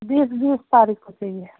बीस बीस तारीख को चाहिए